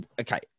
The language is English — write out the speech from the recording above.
Okay